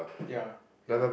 ya ya